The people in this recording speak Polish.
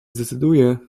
zdecyduję